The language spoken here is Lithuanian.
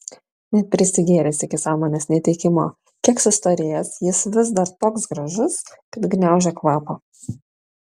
net pasigėręs iki sąmonės netekimo kiek sustorėjęs jis vis dar toks gražus kad gniaužia kvapą